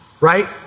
right